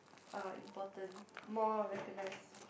uh important more recognized